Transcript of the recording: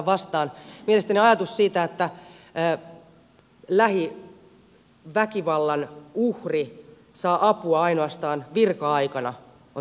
mielestäni ajatus siitä että lähiväkivallan uhri saa apua ainoastaan virka aikana on täysin absurdi